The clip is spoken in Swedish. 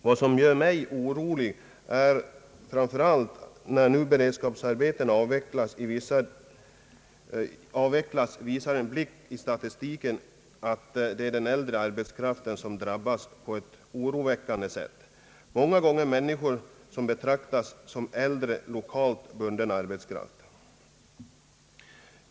Vad som gör mig orolig nu när beredskapsarbetena avvecklas är att en blick i statistiken säger en att det är den äldre arbetskraften som drabbas hårdast, människor som betraktas som lokalt bunden arbetskraft.